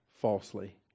falsely